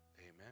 Amen